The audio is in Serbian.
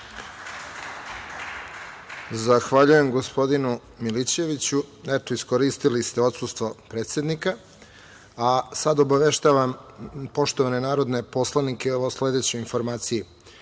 Zahvaljujem gospodinu Milićeviću. Eto, iskoristili ste odsustvo predsednika, a sada obaveštavam poštovane narodne poslanike o sledećoj informaciji. Saglasno